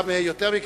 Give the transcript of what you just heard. גם יותר מכך.